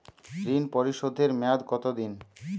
ঋণ পরিশোধের মেয়াদ কত দিন?